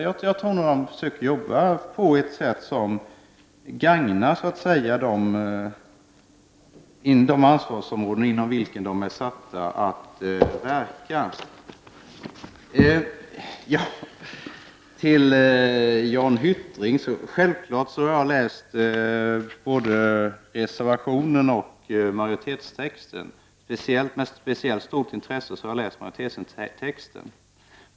Jag tror att de jobbar på ett sätt som gagnar de anslagsområden inom vilka de är satta att verka. Till Jan Hyttring vill jag säga att jag självfallet har läst både den aktuella reservationen och majoritetstexten, den senare med speciellt stort intresse.